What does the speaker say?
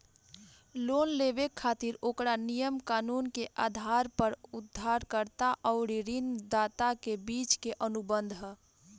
loan लेबे खातिर ओकरा नियम कानून के आधार पर उधारकर्ता अउरी ऋणदाता के बीच के अनुबंध ह